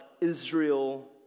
Israel